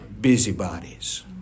busybodies